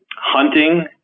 Hunting